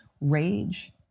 Rage